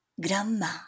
grandma